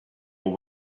will